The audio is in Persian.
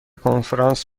کنفرانس